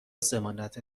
ضمانت